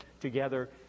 together